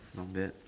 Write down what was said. not bad